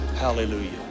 Hallelujah